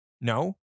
No